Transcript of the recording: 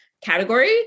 category